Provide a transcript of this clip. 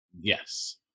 Yes